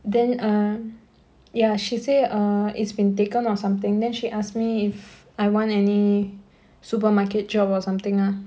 then err ya she say err it's been taken or something then she asked me if I want any supermarket job or something ah